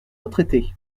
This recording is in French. retraités